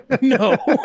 No